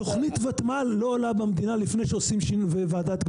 תכנית ותמ"ל לא עולה במדינה לפני שעושים שינוי וועדת גבולות.